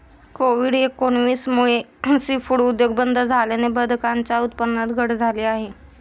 Covid एकोणीस मुळे seafood उद्योग बंद झाल्याने बदकांच्या उत्पादनात घट झाली आहे